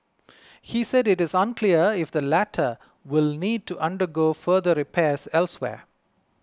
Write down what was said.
he said it is unclear if the latter will need to undergo further repairs elsewhere